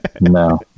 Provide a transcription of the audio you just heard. no